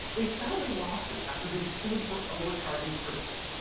they settled a lawsuit after being sued for overcharging troops.